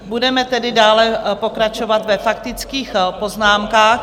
Budeme tedy dále pokračovat ve faktických poznámkách.